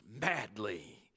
madly